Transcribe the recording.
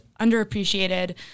underappreciated